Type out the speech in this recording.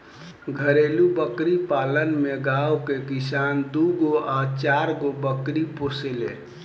घरेलु बकरी पालन में गांव के किसान दूगो आ चारगो बकरी पोसेले